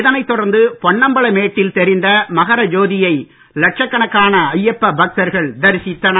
இதைத் தொடர்ந்து பொன்னம்பல மேட்டில் தெரிந்த மகர ஜோதியை லட்சக்கணக்கான ஐயப்ப பக்தர்கள் தரிசித்தனர்